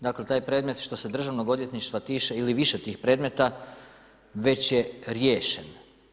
Dakle, taj predmet, što se državnog odvjetništva tiče, ili više tih predmeta, već je riješen.